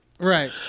right